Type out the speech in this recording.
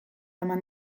eman